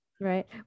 right